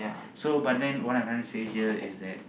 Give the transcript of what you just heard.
so but then what I'm trying to say here is that